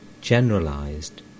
generalized